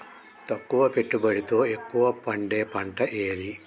తక్కువ పెట్టుబడితో ఎక్కువగా పండే పంట ఏది?